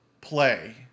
play